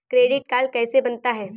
Credit card कैसे बनता है?